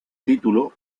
título